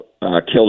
killed